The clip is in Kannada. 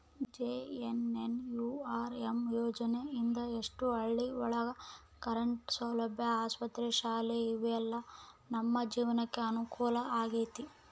ಜೆ.ಎನ್.ಎನ್.ಯು.ಆರ್.ಎಮ್ ಯೋಜನೆ ಇಂದ ಎಷ್ಟೋ ಹಳ್ಳಿ ಒಳಗ ಕರೆಂಟ್ ಸೌಲಭ್ಯ ಆಸ್ಪತ್ರೆ ಶಾಲೆ ಇವೆಲ್ಲ ನಮ್ ಜೀವ್ನಕೆ ಅನುಕೂಲ ಆಗೈತಿ